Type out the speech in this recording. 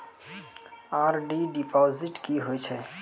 RD deposit की होय छै?